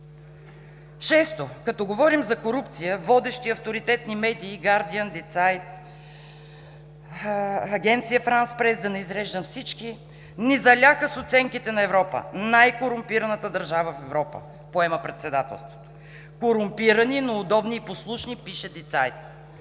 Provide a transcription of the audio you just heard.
Шесто, като говорим за корупция, водещи авторитетни медии – „Гардиън“, „Ди Цайт“, Агенция „Франс прес“, да не изреждам всички, ни заляха с оценките на Европа: най-корумпираната държава в Европа поема председателството. „Корумпирани, но удобни и послушни“ – пише „Ди